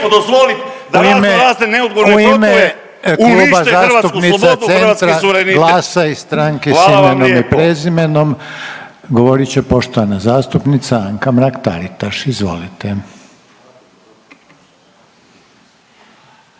u ime Kluba zastupnica Centra, GLAS-a i Stranke s imenom i prezimenom govoriti poštovane zastupnice Anka Mrak-Taritaš i